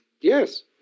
Yes